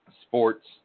sports